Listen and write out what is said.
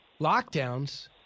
lockdowns